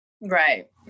Right